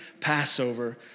Passover